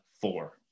four